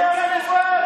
לך מפה.